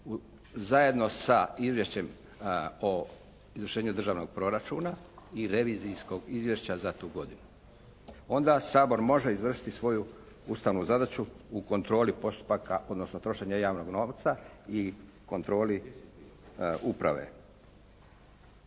zajedno sa Izvješćem o izvršenju državnog proračuna i revizijskog izvješća za tu godinu. Onda Sabor može izvršiti svoju ustavnu zadaću u kontroli postupaka odnosno trošenja javnog novca i kontroli uprave.